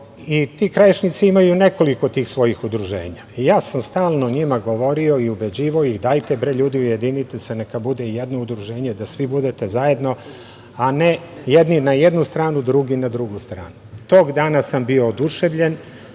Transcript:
Ti Krajišnici imaju nekoliko tih svojih udruženja. Ja sam stalno njima govorio i ubeđivao ih da se ujedine, neka bude jedno udruženje da svi budete zajedno, a ne jedni na jednu stranu, drugi na drugu stranu. Tog dana sam bio oduševljen,